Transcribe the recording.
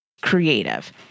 creative